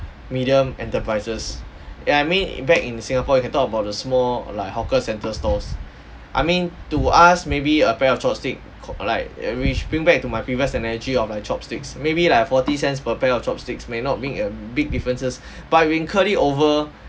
medium enterprises ya I mean back in singapore you can talk about the small like hawker centre stalls I mean to us maybe a pair of chopsticks cos~ like which bring back to my previous analogy of like chopsticks maybe like forty cents per pair of chopsticks may not bring a big differences but we incurred it over